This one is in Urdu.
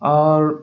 اور